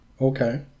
Okay